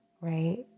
right